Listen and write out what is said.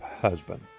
husband